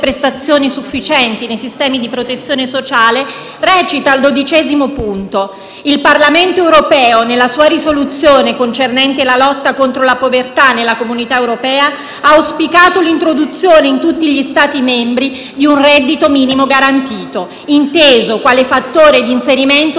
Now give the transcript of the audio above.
prestazioni sufficienti nei sistemi di protezione sociale recita al dodicesimo punto: «(...) il Parlamento europeo, nella sua risoluzione concernente la lotta contro la povertà nella Comunità europea, ha auspicato l'introduzione in tutti gli Stati membri di un reddito minimo garantito, inteso quale fattore d'inserimento